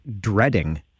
dreading